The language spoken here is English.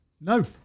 No